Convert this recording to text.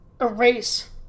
erase